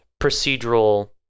procedural